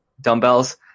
dumbbells